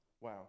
wow